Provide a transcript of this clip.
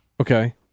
Okay